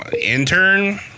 Intern